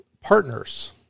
partners